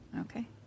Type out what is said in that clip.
Okay